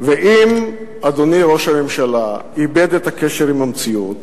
ואם אדוני ראש הממשלה איבד את הקשר עם המציאות